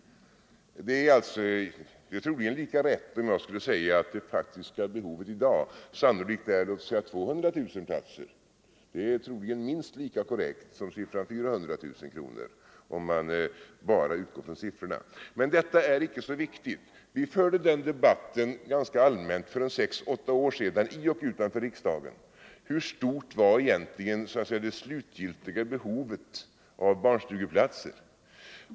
Om man säger att det faktiska behovet i dag sannolikt är 200 000 platser, så är det antagligen minst lika korrekt som uppgiften att det behövs 400 000, om man bara utgår från siffrorna. Detta är emellertid inte så viktigt. Den debatten förde vi ganska allmänt i och utanför riksdagen för sex åtta år sedan: Hur stort är det så att säga slutgiltiga behovet av barnstugeplatser?